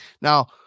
Now